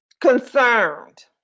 concerned